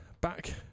back